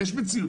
בעבר,